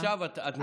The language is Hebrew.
עכשיו את נצמדת.